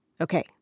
Okay